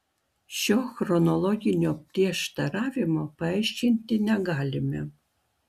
šio chronologinio prieštaravimo paaiškinti negalime